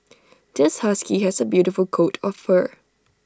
this husky has A beautiful coat of fur